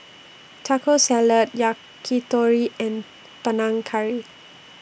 Taco Salad Yakitori and Panang Curry